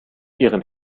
ihren